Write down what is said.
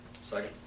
Second